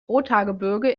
rothaargebirge